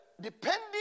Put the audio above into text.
Depending